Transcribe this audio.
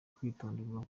kwitonderwa